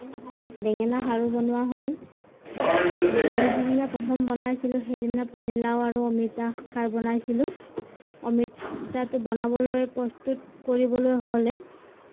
বেঙেনা খাৰো বনোৱা হয় মই যিদিনা প্ৰথম বনাইছিলোঁ সেইদিনা পানীলাউ আৰু অমিতা খাৰ বনাইছিলোঁ অমিতাটো বনাবলৈ প্ৰস্তুত কৰিবলৈ হ'লে